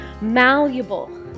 malleable